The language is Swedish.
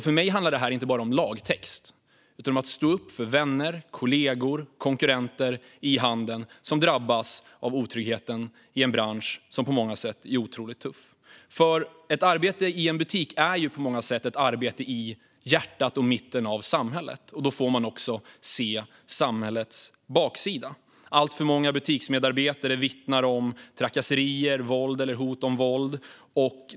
För mig handlar detta alltså inte bara om lagtext utan om att stå upp för vänner, kollegor och konkurrenter i handeln som drabbas av otryggheten i en bransch som på många sätt är otroligt tuff. Ett arbete i butik är på många sätt ett arbete i hjärtat och mitten av samhället. Då får man också se samhällets baksida. Alltför många butiksmedarbetare vittnar om trakasserier, våld eller hot om våld.